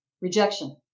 Rejection